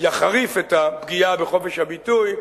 יחריף את הפגיעה בחופש הביטוי,